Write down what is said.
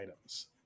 items